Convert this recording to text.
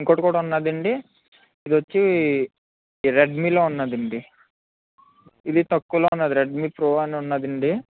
ఇంకోకటి కూడా ఉన్నాదండి ఇది వచ్చి రెడ్మీలో ఉన్నాదండి ఇది తక్కువలో ఉన్నాది రెడ్మీ ప్రో అని ఉన్నాదండి